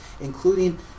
Including